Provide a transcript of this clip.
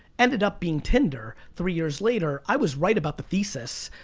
ended up being tinder three years later, i was right about the thesis.